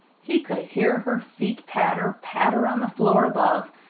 he could hear her feet patter, patter on the floor above,